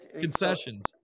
Concessions